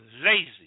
lazy